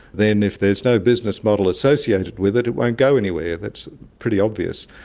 then if there's no business model associated with it it won't go anywhere. that's pretty obvious.